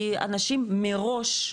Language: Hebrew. כי אנשים מראש,